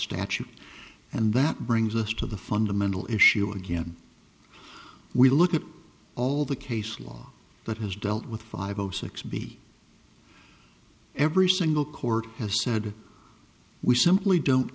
statute and that brings us to the fundamental issue again we look at all the case law that has dealt with five o six b every single court has said we simply don't